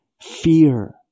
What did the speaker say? fear